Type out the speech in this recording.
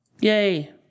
Yay